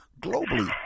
globally